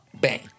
Bang